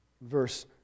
verse